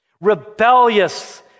Rebellious